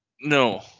No